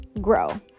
grow